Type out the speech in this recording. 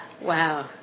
Wow